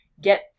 get